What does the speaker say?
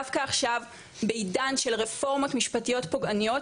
דווקא עכשיו בעידן של רפורמות משפטיות פוגעניות,